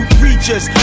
preachers